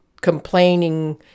complaining